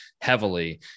heavily